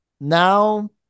Now